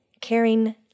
caring